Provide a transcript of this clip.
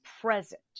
present